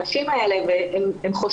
הנשים האלה חוששות,